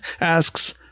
asks